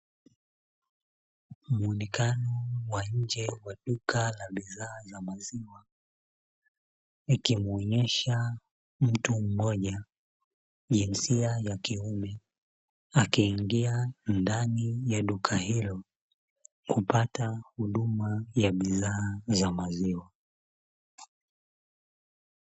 Muonekano wa nje wa duka la bidhaa za maziwa, ikimuonyesha mtu mmoja wa jinsia ya kiume akiingia ndani ya duka hilo kupata huduma ya bidhaa za maziwa.